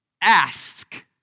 Ask